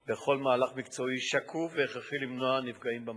בכל מהלך מקצועי שקוף והכרחי למניעת נפגעים במקום.